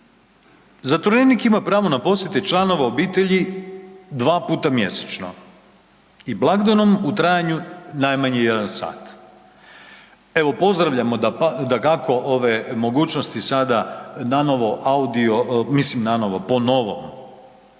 zatvorenik ima pravo na posjete članova obitelji dva puta mjesečno i blagdanom u trajanju najmanje jedan sat. Evo pozdravljamo dakako ove mogućnosti sada nanovo audio, mislim nanovo, po novom,